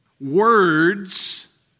words